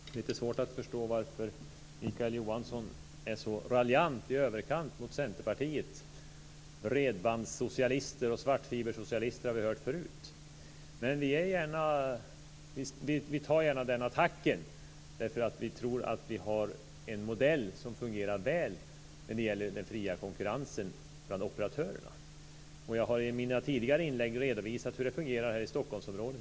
Fru talman! Det är lite svårt att förstå varför Mikael Johansson är raljant i överkant mot Centerpartiet. "svartfibersocialister" har vi hört förut. Men vi tar gärna den här attacken, eftersom vi tror att vi har en modell som fungerar väl när det gäller den fria konkurrensen bland operatörerna. Jag har i mina tidigare inlägg redovisat hur det fungerar här i Stockholmsområdet.